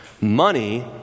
money